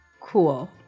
cool